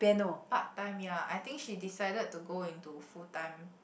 part time ya I think she decided to go into full time